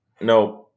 No